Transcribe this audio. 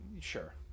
Sure